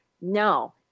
No